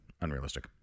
unrealistic